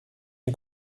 une